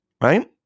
Right